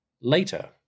Later